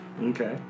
Okay